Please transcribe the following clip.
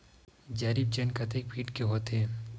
जरीब चेन कतेक फीट के होथे?